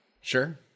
Sure